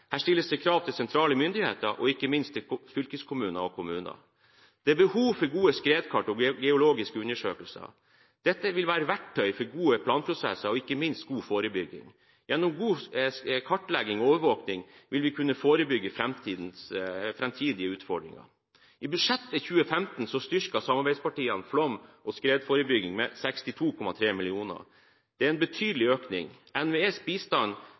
Her stilles det krav til sentrale myndigheter og ikke minst til fylkeskommuner og kommuner. Det er behov for gode skredkart og geologiske undersøkelser. Dette vil være verktøy for gode planprosesser og ikke minst god forebygging. Gjennom god kartlegging og overvåking vil vi kunne forebygge framtidige utfordringer. I budsjettet for 2015 styrker samarbeidspartiene flom- og skredforebygging med 62,3 mill. kr. Dette er en betydelig økning. NVEs bistand